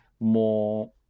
more